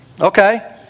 Okay